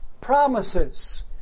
promises